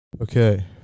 Okay